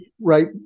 right